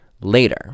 later